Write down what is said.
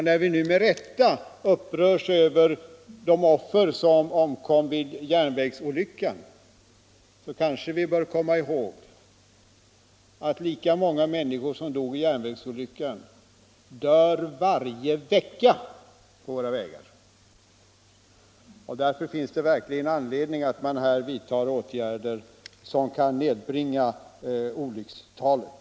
När vi nu med rätta upprörs över de offer som krävdes vid järnvägsolyckan kanske vi bör komma ihåg att lika många människor som dog i järnvägsolyckan dör varje vecka på våra vägar. Därför finns det verkligen anledning att vidta åtgärder som nedbringar olyckstalet.